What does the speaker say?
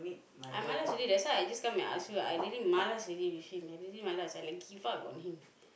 I malas already that's why I just come and ask you I really malas already with him I really malas I like give up on him